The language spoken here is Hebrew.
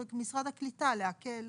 ומשרד הקליטה לעקל.